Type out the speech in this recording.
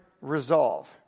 resolve